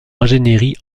ingénierie